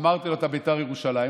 אמרתי לו: אתה בית"ר ירושלים,